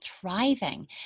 thriving